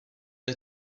the